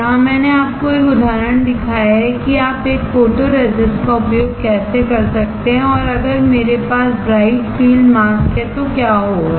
यहां मैंने आपको एक उदाहरण दिखाया है कि आप एक फोटोरेसिस्ट का उपयोग कैसे कर सकते हैं और अगर मेरे पास ब्राइट फ़ील्ड मास्क है तो क्या होगा